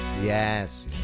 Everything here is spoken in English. Yes